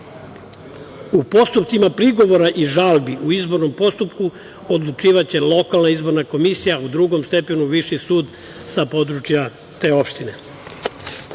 postupcima prigovora i žalbi u izbornom postupku odlučivaće lokalna izborana komisija, u drugom stepenu Viši sud sa područja te opštine.U